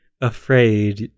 afraid